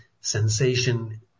sensation